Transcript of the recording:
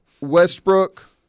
Westbrook